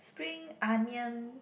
spring onion